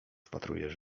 wpatrujesz